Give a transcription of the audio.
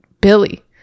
Billy